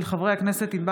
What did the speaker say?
בעקבות דיון